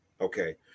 Okay